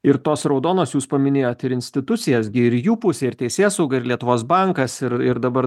ir tos raudonos jūs paminėjot ir institucijas ir jų pusė ir teisėsauga ir lietuvos bankas ir ir dabar